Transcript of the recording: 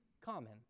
common